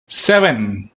seven